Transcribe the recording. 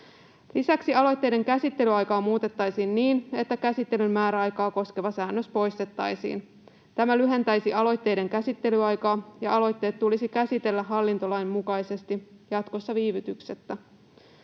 Lisäksi aloitteiden käsittelyaikaa muutettaisiin niin, että käsittelyn määräaikaa koskeva säännös poistettaisiin. Tämä lyhentäisi aloitteiden käsittelyaikaa, ja aloitteet tulisi käsitellä hallintolain mukaisesti jatkossa viivytyksettä.